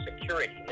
Security